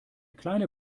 kleine